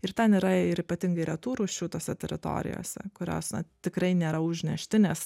ir ten yra ir ypatingai retų rūšių tose teritorijose kurios na tikrai nėra užneštinės